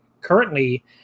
currently